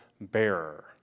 bearer